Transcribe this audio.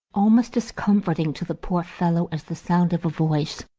almost as comforting to the poor fellow as the sound of a voice.